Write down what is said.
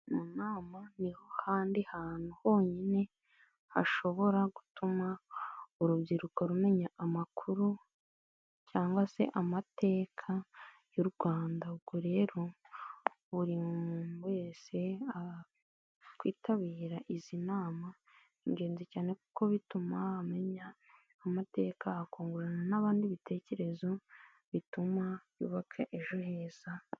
Mu nama niho handi hantu honyine hashobora gutuma urubyiruko rumenya amakuru, cyangwa se amateka y'u Rwanda. Ubwo rero buri muntu wese kwitabira izi nama ni ingenzi cyane, kuko bituma amenya amateka akungurana n'abandi ibitekerezo bituma yubaka ejo heza.